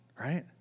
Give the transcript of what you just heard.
Right